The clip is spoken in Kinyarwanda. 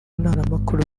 ntaramakuru